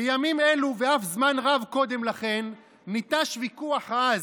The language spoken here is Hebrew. בימים אלו, ואף זמן רב קודם לכן, ניטש ויכוח עז,